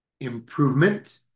improvement